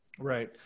Right